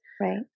Right